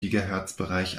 gigahertzbereich